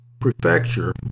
prefecture